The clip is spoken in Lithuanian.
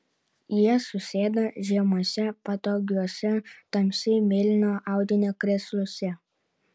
jie susėdo žemuose patogiuose tamsiai mėlyno audinio krėsluose